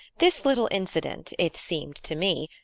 this little incident, it seemed to me,